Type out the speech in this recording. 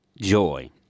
Joy